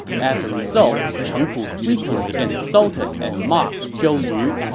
as a result, cheng pu frequently insulted and mocked zhou yu,